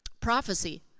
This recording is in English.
prophecy